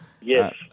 Yes